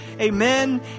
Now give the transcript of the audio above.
amen